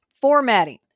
formatting